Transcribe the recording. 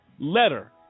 letter